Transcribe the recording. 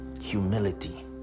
humility